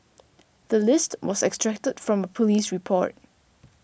the list was extracted from a police report